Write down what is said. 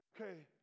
okay